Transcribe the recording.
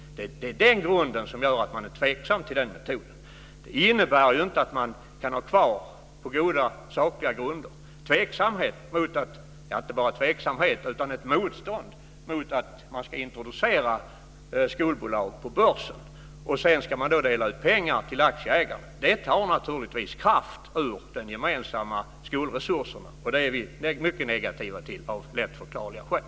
Det är det som är grunden till att man är tveksam till den metoden. Det innebär att man kan ha kvar, på goda sakliga grunder, inte bara tveksamhet utan också ett motstånd att introducera skolbolag på börsen och sedan dela ut pengar till aktieägarna. Det tar naturligtvis kraft från de gemensamma skolresurserna. Det är vi mycket negativa till, av lätt förklarliga skäl.